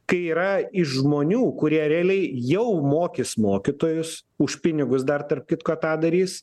kai yra iš žmonių kurie realiai jau mokys mokytojus už pinigus dar tarp kitko tą darys